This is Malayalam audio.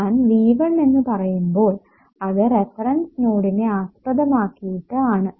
ഞാൻ V1 എന്ന് പറയുമ്പോൾ അത് ഫറൻസ് നോഡിനെ ആസ്പതമാക്കിയിട്ട് ആണ്